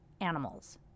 animals